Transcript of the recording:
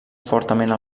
fortament